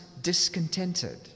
discontented